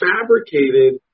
fabricated